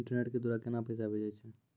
Internet के द्वारा केना पैसा भेजय छै?